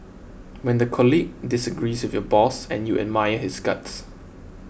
when the colleague disagrees with your boss and you admire his guts